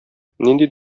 нинди